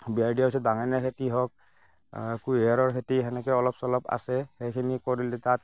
বেৰ দিয়াৰ পাছত বেঙেনাৰ খেতি হওক কুঁহিয়াৰৰ খেতি সেনেকৈ অলপ চলপ আছে সেইখিনি কৰিলে তাত